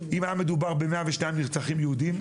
אם היה מדובר ב-102 נרצחים יהודים,